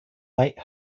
late